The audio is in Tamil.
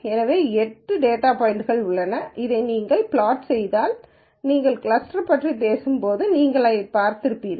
எனவே 8 டேட்டா பாய்ன்ட்கள் உள்ளன இதை நீங்கள் பிளாட் செய்தால் நாங்கள் கிளஸ்டரைப் பற்றி பேசும்போது நீங்கள் இதைப் பார்ப்பீர்கள்